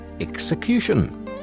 execution